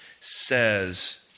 says